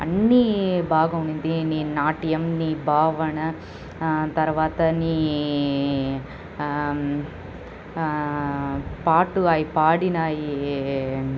అన్నీ బాగా ఉన్నింది నీ నాట్యం నీ భావన తర్వాత నీ పాట అయి పడినవి